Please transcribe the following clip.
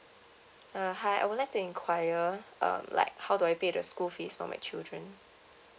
uh hi I would like to inquire um like how do I pay the school fees for my children